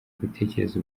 gutekereza